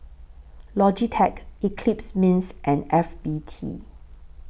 Logitech Eclipse Mints and F B T